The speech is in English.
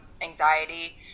anxiety